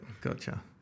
gotcha